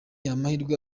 amahirwe